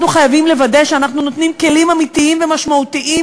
אנחנו חייבים לוודא שאנחנו נותנים כלים אמיתיים ומשמעותיים